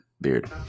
beard